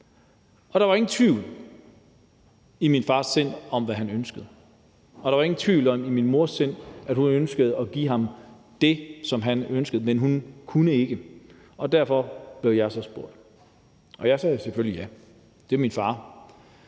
og der var ingen tvivl i min fars sind om, hvad han ønskede, og der var ingen tvivl i min mors sind om, at hun ønskede at give ham det, som han ønskede. Men hun kunne ikke, og derfor blev jeg så spurgt, og jeg sagde selvfølgelig ja. Det er min far,